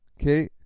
Okay